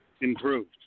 improved